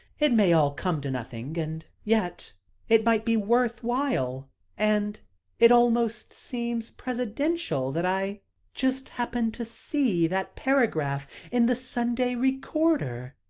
it may all come to nothing and yet it might be worth while and it almost seems presidential that i just happened to see that paragraph in the sunday recorder.